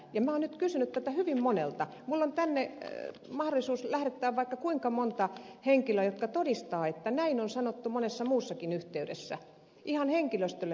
ja minä olen nyt kysynyt tätä hyvin monelta minulla on tänne mahdollisuus lähettää vaikka kuinka monta henkilöä jotka todistavat että näin on sanottu monessa muussakin yhteydessä ihan henkilöstölle myöskin